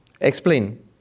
Explain